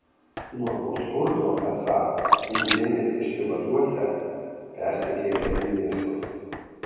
nuo to skurdo esą indėnai išsivaduosią persikėlę į miestus